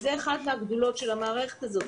זו אחת מהגדולות של המערכת הזאת.